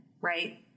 right